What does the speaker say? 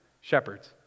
Shepherds